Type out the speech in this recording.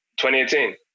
2018